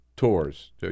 Tours